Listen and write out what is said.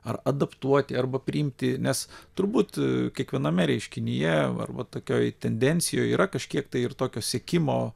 ar adaptuoti arba priimti nes turbūt kiekviename reiškinyje arba tokioj tendencijoj yra kažkiek tai ir tokio sekimo